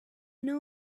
know